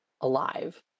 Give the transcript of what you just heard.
alive